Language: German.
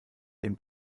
den